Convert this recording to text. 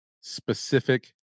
specific